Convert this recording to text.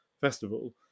festival